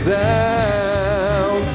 down